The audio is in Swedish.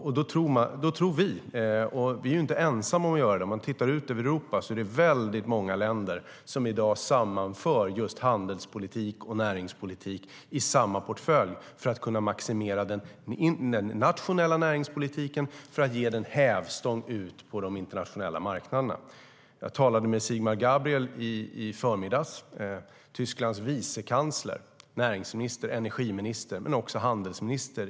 Om vi tittar ut över Europa ser vi att många länder i dag sammanför just handelspolitik och näringspolitik i en gemensam portfölj för att kunna maximera den nationella näringspolitiken och för att ge den en hävstång ut på de internationella marknaderna. Jag talade i förmiddags med Sigmar Gabriel, Tysklands vicekansler, näringsminister, energiminister och också handelsminister.